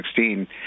2016